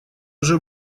уже